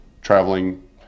traveling